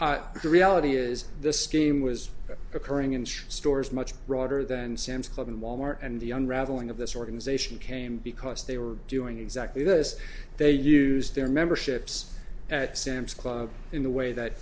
d the reality is this scheme was occurring in the stores much broader than sam's club and wal mart and the young raveling of this organization came because they were doing exactly this they used their memberships at sam's club in the way that